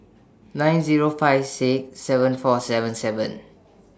nine Zero five six seven four seven seven